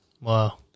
wow